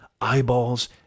eyeballs